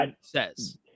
says